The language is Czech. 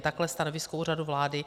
Takhle je stanovisko Úřadu vlády.